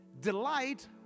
Delight